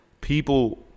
People